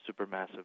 supermassive